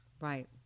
Right